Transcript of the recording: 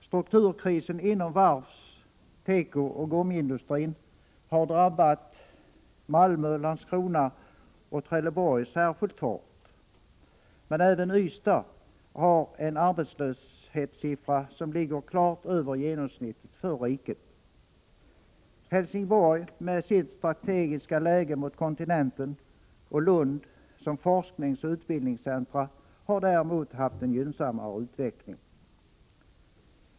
Strukturkrisen inom varvs-, tekooch gummiindustrin har drabbat Malmö, Landskrona och Trelleborg särskilt hårt. Men även Ystad har en arbetslöshetssiffra som ligger klart över genomsnittet för riket. Helsingborg med sitt strategiska läge mot kontinenten och Lund som forskningsoch utbildningscentrum har däremot haft en gynnsammare utveckling.